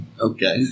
Okay